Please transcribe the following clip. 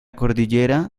cordillera